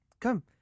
come